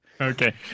okay